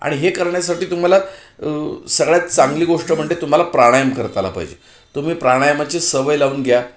आणि हे करण्यासाठी तुम्हाला सगळ्यात चांगली गोष्ट म्हणजे तुम्हाला प्राणायाम करता आला पाहिजे तुम्ही प्राणायामाचे सवय लावून घ्या